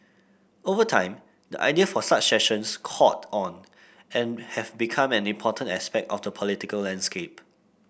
over time the idea for such sessions caught on and have become an important aspect of the political landscape